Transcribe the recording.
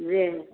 जी